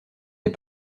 des